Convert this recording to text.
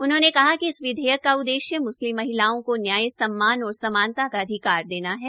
उन्होंने कहा कि इस विधेयक का उद्देश्य म्स्लिम महिलाओं को न्याय सम्मान और समानता का अधिकार देना है